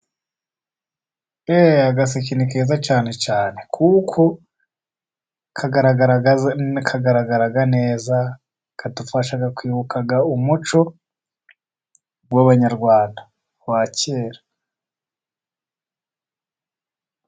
Eh! Agaseke ni keza cyane cyane. Kuko kagaragara neza, kadufasha kwibuka umuco w'Abanyarwanda ba kera.